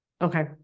okay